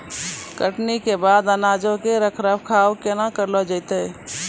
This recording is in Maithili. कटनी के बाद अनाजो के रख रखाव केना करलो जैतै?